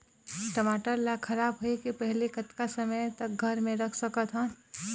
टमाटर ला खराब होय के पहले कतका समय तक घर मे रख सकत हन?